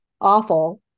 awful